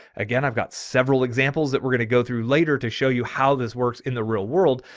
again, i've got several examples that we're going to go through later to show you how this works in the real world.